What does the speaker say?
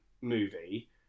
movie